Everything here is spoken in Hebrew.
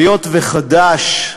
היות שחד"ש,